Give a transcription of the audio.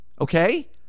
Okay